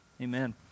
Amen